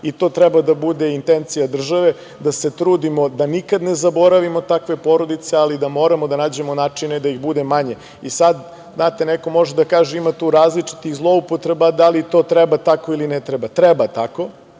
i to treba da bude intencija države, da se trudimo da nikad ne zaboravimo takve porodice, ali da moramo da nađemo načine da ih bude manje. I sad, znate, neko može da kaže ima tu različitih zloupotreba, da li to treba tako ili ne treba tako. Treba tako,